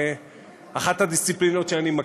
זאת אחת הדיסציפלינות שאני מכיר,